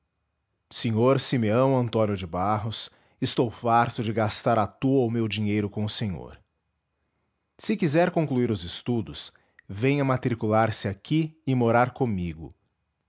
sr simeão antônio de barros estou farto de gastar à toa o meu dinheiro com o senhor se quiser concluir os estudos venha matricular-se aqui e morar comigo